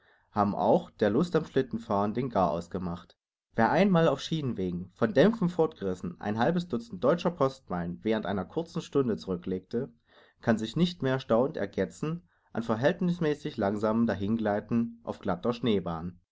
haben auch der lust am schlittenfahren den garaus gemacht wer einmal auf schienenwegen von dämpfen fortgerissen ein halbes dutzend deutscher postmeilen während einer kurzen stunde zurücklegte kann sich nicht mehr staunend ergetzen an verhältnißmäßig langsamem dahingleiten auf glatter schneebahn